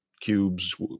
cubes